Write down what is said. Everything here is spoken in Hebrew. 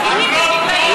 שאתם מפקירים את הגמלאים.